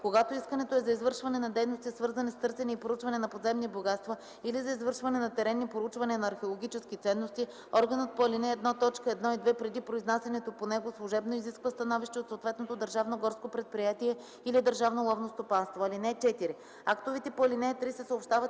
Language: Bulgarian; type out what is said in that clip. Когато искането е за извършване на дейности, свързани с търсене и проучване на подземни богатства, или за извършване на теренни проучвания на археологически ценности, органът по ал. 1, т. 1 и 2 преди произнасянето по него служебно изисква становище от съответното държавно горско предприятие или държавно ловно стопанство. (4) Актовете по ал. 3 се съобщават